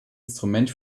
instrument